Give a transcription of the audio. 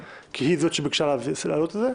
כי היא זאת שביקשה להעלות את זה.